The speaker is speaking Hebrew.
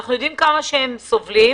ואנחנו יודעים כמה הם סובלים,